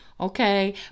okay